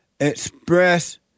Express